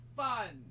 fun